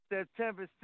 September